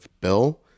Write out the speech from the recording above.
bill